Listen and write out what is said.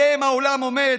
שעליהם העולם עומד,